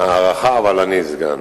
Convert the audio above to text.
ההערכה, אבל אני סגן.